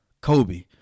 Kobe